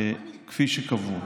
כפי שקבוע.